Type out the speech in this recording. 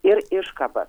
ir iškabas